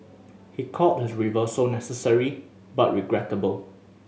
he called his reversal necessary but regrettable